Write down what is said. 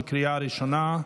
בקריאה ראשונה.